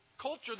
culture